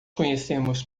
conhecemos